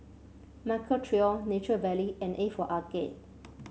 Michael Trio Nature Valley and A for Arcade